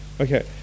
okay